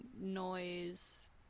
noise